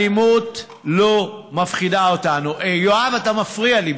אלימות לא מפחידה אותנו, יואב, אתה מפריע לי.